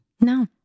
No